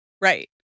Right